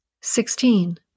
Sixteen